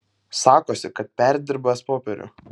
sakosi kad perdirbąs popierių